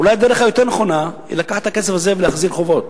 אולי הדרך היותר נכונה היא לקחת את הכסף הזה ולהחזיר חובות,